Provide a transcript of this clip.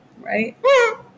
Right